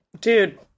Dude